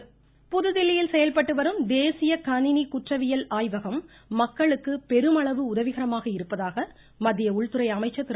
அமீத்ஷா புதுதில்லியில் செயல்பட்டுவரும் தேசிய கணினி குற்றவியல் ஆய்வகம் மக்களுக்கு பெருமளவு உதவிகரமாக இருப்பதாக மத்திய உள்துறை அமைச்சர் திரு